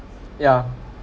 ya